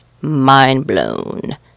mind-blown